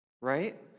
right